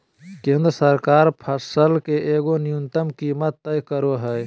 केंद्र सरकार फसल के एगो न्यूनतम कीमत तय करो हइ